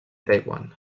taiwan